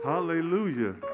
hallelujah